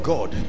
God